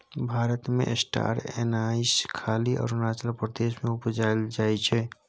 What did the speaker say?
भारत मे star anise खाली अरुणाचल प्रदेश मे उपजाएल जाइ छै